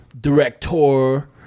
director